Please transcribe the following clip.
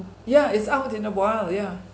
yeah it's out in the wild yeah